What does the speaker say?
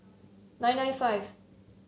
nine nine five